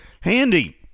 Handy